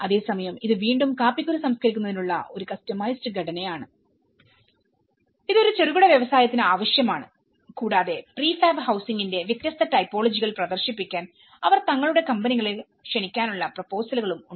അതേസമയം ഇത് വീണ്ടും കാപ്പിക്കുരു സംസ്ക്കരിക്കുന്നതിനുള്ള ഒരു കസ്റ്റമൈസ്ഡ് ഘടനയാണ് ഇത് ഒരു ചെറുകിട വ്യവസായത്തിന് ആവശ്യമാണ്കൂടാതെ പ്രീഫാബ് ഹൌസിംഗിന്റെ വ്യത്യസ്ത ടോപ്പോളജികൾ പ്രദർശിപ്പിക്കാൻ അവർ തങ്ങളുടെ കമ്പനികളെ ക്ഷണിക്കാനുള്ള പ്രൊപോസലുകളും ഉണ്ട്